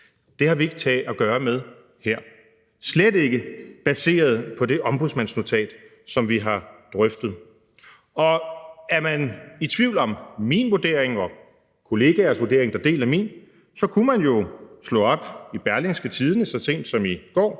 det har vi ikke at gøre med her, og slet ikke baseret på det ombudsmandsnotat, som vi har drøftet. Og er man i tvivl om min vurdering og kollegaers vurdering, der deler min, så kunne man jo slå op i Berlingske Tidende så sent som i går